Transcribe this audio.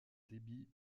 débit